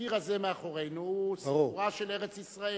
הקיר הזה מאחורינו הוא סיפורה של ארץ-ישראל.